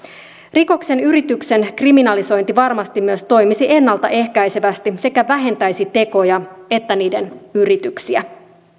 rikoksen yrityksen kriminalisointi varmasti myös toimisi ennalta ehkäisevästi ja vähentäisi sekä tekoja että niiden yrityksiä